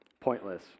pointless